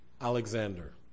Alexander